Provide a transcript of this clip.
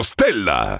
Stella